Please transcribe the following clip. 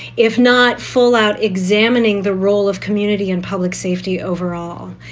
if not full out examining the role of community and public safety overall.